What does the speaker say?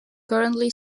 currently